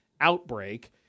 outbreak